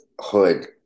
hood